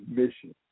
mission